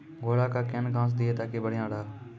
घोड़ा का केन घास दिए ताकि बढ़िया रहा?